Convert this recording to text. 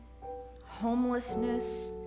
homelessness